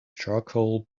charcoal